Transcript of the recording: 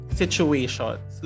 situations